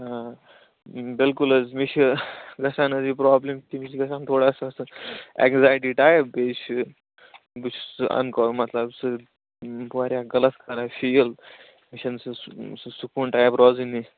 اۭں بِلکُل حَظ مےٚ چھُ گژھان حَظ یہِ پرابلِم کہِ مےٚ چھُ گژھان تھوڑا سُہ حَظ سُہ ایگزایٹی ٹایپ بیٚیہِ چھُ بہٕ چھُس سُہ انکوم مطلب سُہ واریاہ غلط کران فیٖل مےٚ چھےٚ نہٕ سُہ سُہ سکوٗن ٹایپ روزٲنی